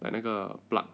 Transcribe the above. like 那个 plug